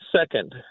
Second